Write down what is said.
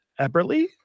Eberly